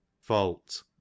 Fault